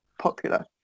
popular